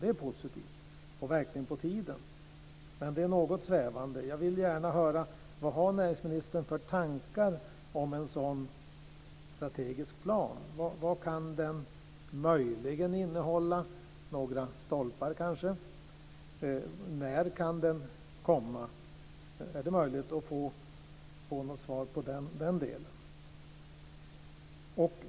Det är positivt, med verkan över tiden. Men det är något svävande. Jag vill gärna höra: Vad har näringsministern för tankar om en sådan strategisk plan? Vad kan den möjligen innehålla? Finns det kanske några stolpar? När kan den komma? Är det möjligt att få något svar i den delen?